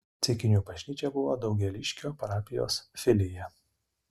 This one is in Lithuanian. ceikinių bažnyčia buvo daugėliškio parapijos filija